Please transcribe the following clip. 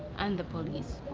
and the police.